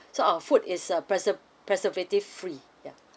so our food is uh preserve preservative free ya